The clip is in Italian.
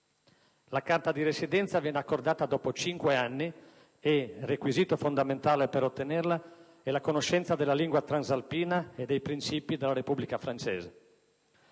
La carta di residenza viene accordata dopo cinque anni: requisito fondamentale per ottenerla è la conoscenza della lingua transalpina e dei princìpi della Repubblica francese.